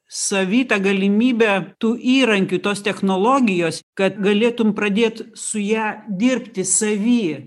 savy tą galimybę tų įrankių tos technologijos kad galėtum pradėt su ja dirbti savyj